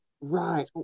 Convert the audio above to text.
Right